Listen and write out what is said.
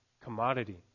commodity